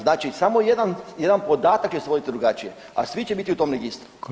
Znači samo jedan podatak će se voditi drugačije, a svi će biti u tom registru.